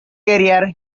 career